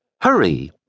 Hurry